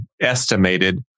estimated